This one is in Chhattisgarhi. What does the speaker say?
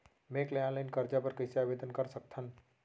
बैंक ले ऑनलाइन करजा बर कइसे आवेदन कर सकथन?